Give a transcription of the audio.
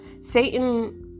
Satan